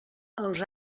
els